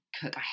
cook